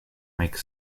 make